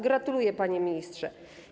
Gratuluję, panie ministrze.